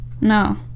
No